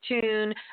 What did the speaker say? tune